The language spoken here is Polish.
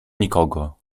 nikogo